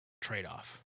trade-off